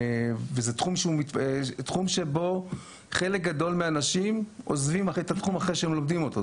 וזה תחום שבו חלק גדול מהאנשים עוזבים את התחום אחרי שהם לומדים אותו,